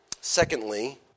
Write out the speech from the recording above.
Secondly